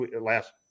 last